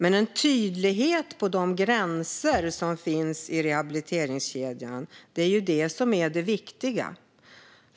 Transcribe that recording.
En tydlighet i gränserna i rehabiliteringskedjan är det viktiga.